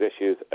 issues